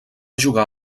jugar